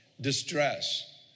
distress